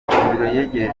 abaturage